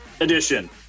edition